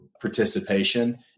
participation